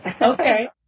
Okay